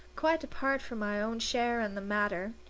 quite apart from my own share in the matter,